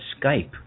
Skype